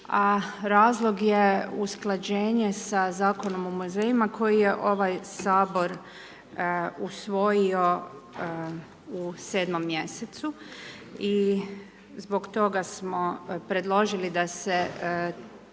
razlog je usklađenje s Zakonom o muzejima koji je ovaj Sabor usvojio u 7. mjesecu i zbog toga smo predložili da se